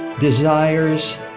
desires